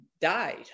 died